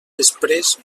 després